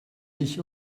ich